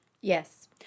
Yes